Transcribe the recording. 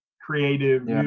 creative